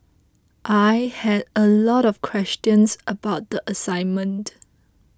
I had a lot of questions about the assignment